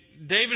David